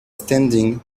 standing